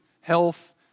health